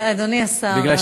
אדוני השר,